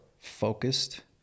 focused